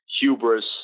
hubris